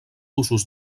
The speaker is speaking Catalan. usos